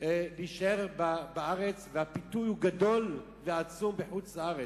להישאר בארץ, והפיתוי הוא גדול ועצום בחוץ-לארץ.